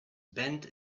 bent